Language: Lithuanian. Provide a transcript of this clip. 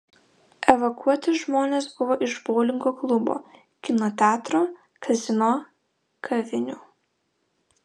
evakuoti žmonės buvo iš boulingo klubo kino teatro kazino kavinių